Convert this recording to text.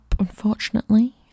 unfortunately